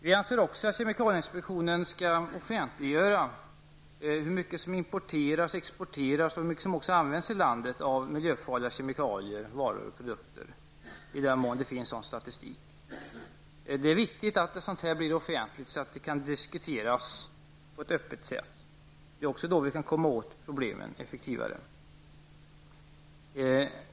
Vi anser också att kemikalieinspektionen skall offentliggöra hur mycket som importeras och exporteras och hur mycket som används i landet av miljöfarliga kemikalier, varor och produkter, i den mån det finns sådan statistik. Det är viktigt att sådant blir offentligt, så att det kan diskuteras på ett öppet sätt. På det sättet kan vi också komma åt problemen effektivare.